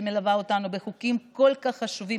שמלווה אותנו בחוקים כל כך חשובים.